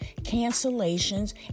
cancellations